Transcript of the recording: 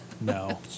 No